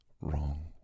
wrong